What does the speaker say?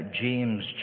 James